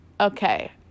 Okay